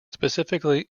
specifically